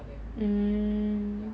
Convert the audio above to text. mm